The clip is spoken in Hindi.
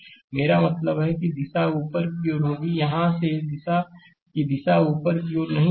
मेरा मतलब है कि दिशा ऊपर की ओर होगी यहाँ इस दिशा की दिशा ऊपर की ओर नहीं होगी